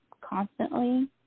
constantly